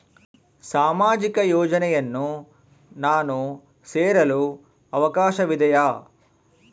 ಸಾಮಾಜಿಕ ಯೋಜನೆಯನ್ನು ನಾನು ಸೇರಲು ಅವಕಾಶವಿದೆಯಾ?